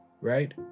right